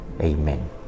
Amen